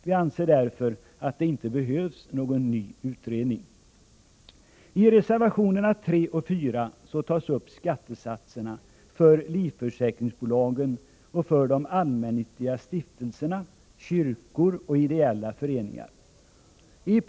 Vi anser därför att det inte behövs någon ny utredning. I reservationerna 3 och 4 behandlas skattesatserna för livförsäkringsbolagen och för allmännyttiga stiftelser, kyrkor och ideella föreningar.